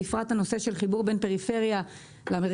בפרט הנושא של חיבור בין פריפריה למרכז.